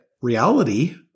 reality